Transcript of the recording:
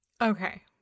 Okay